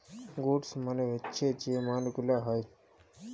goods মালে হচ্যে যে মাল গুলা হ্যয়